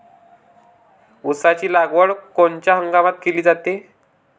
ऊसाची लागवड कोनच्या हंगामात केली जाते?